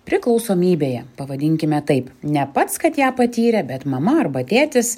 priklausomybėje pavadinkime taip ne pats kad ją patyrė bet mama arba tėtis